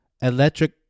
electric